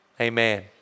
amen